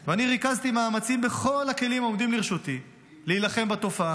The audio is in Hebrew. ואני ריכזתי מאמצים בכל הכלים העומדים לרשותי להילחם בתופעה.